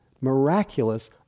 miraculous